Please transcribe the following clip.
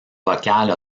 vocale